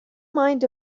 mind